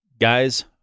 Guys